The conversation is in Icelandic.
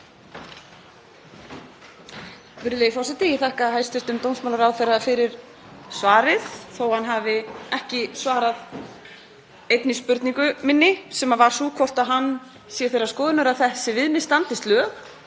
Virðulegi forseti. Ég þakka hæstv. dómsmálaráðherra fyrir svarið þó að hann hafi ekki svarað einni spurningu minni sem var sú hvort hann sé þeirrar skoðunar að þessi viðmið standist lög